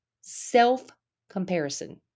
self-comparison